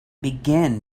begin